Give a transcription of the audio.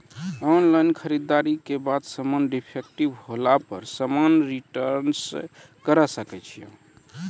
Online खरीददारी के बाद समान डिफेक्टिव होला पर समान रिटर्न्स करे सकय छियै?